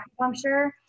acupuncture